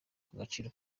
agaciro